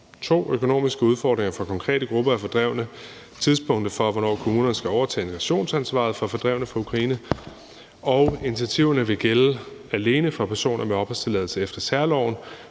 to økonomiske udfordringer for konkrete grupper af fordrevne og tidspunktet for, hvornår kommunerne skal overtage integrationsansvaret for fordrevne fra Ukraine. Initiativerne vil gælde alene for personer med opholdstilladelse efter særloven,